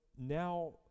now